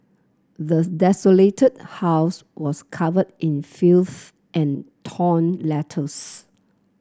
the desolated house was covered in filth and torn letters